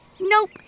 Nope